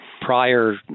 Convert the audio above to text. prior